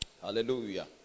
Hallelujah